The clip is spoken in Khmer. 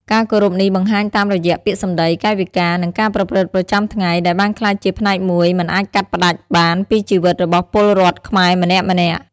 ការគោរពនេះបង្ហាញតាមរយៈពាក្យសម្ដី កាយវិការ និងការប្រព្រឹត្តប្រចាំថ្ងៃ ដែលបានក្លាយជាផ្នែកមួយមិនអាចកាត់ផ្ដាច់បានពីជីវិតរបស់ពលរដ្ឋខ្មែរម្នាក់ៗ។